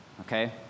okay